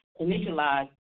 initialize